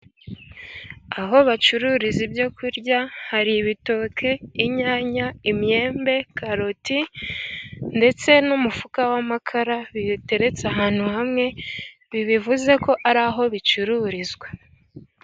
Aho bacururiza ibyo kurya, hari ibitoke, inyanya, imyembe, karoti ndetse n'umufuka w'amakara. Biteretse ahantu hamwe, bivuze ko ari aho bicururizwa.